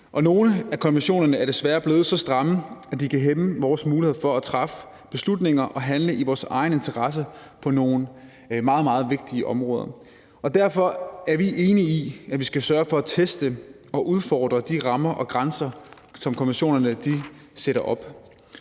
Nogle af konventionerne er desværre blevet så stramme, at de kan hæmme vores muligheder for at træffe beslutninger og handle i vores egen interesse på nogle meget, meget vigtige områder. Derfor er vi enige i, at vi skal sørge for at teste og udfordre de rammer og grænser, som konventionerne sætter op.